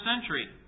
century